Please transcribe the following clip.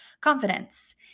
confidence